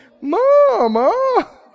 Mama